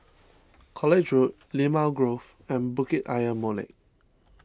College Road Limau Grove and Bukit Ayer Molek